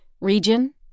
Region